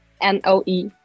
N-O-E